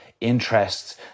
interests